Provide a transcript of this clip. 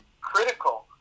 critical